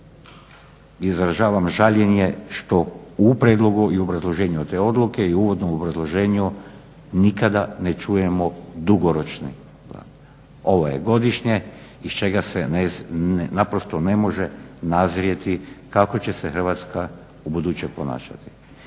izražavam žaljenje što u prijedlogu i u obrazloženju te odluke i uvodnom obrazloženju nikada ne čujemo dugoročne planove. Ovo je godišnje iz čega se naprosto ne može nazrijeti kako će se Hrvatska ubuduće ponašati.